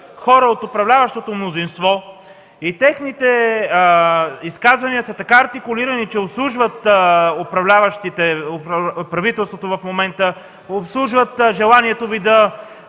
хора от управляващото мнозинство и техните изказвания са така артикулирани, че обслужват правителството в момента, обслужват желанието Ви да